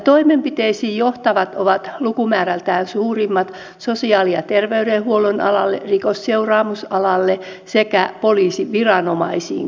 toimenpiteisiin johtavat ovat lukumäärältään suurimmaksi osaksi sosiaali ja terveydenhuollon alalle rikosseuraamusalalle sekä poliisiviranomaisiin kohdistuvia